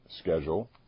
schedule